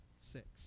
six